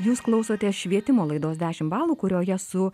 jūs klausotės švietimo laidos dešimt balų kurioje su